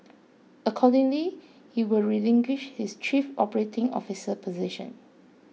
accordingly he will relinquish his chief operating officer position